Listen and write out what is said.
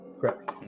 Correct